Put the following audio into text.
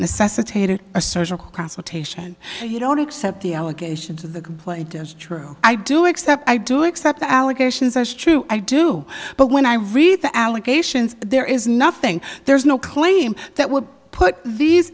necessitated a social consultation you don't accept the allegations of the plaintiffs true i do except i do except the allegations are true i do but when i read the allegations there is nothing there's no claim that would put these